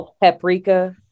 paprika